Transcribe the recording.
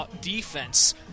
defense